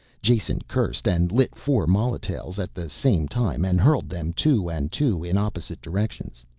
jason cursed and lit four molotails at the same time and hurled them two and two in opposite directions.